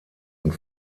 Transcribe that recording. und